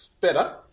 Better